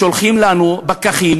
שולחים לנו פקחים,